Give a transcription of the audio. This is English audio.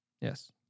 Yes